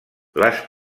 les